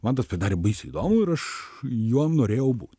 man tas pasidarė baisiai įdomu ir aš jom norėjau būt